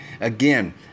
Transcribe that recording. Again